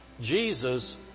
jesus